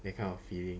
that kind of feeling